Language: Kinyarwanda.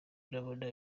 ndabona